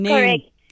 Correct